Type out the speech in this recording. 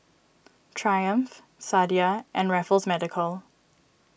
Triumph Sadia and Raffles Medical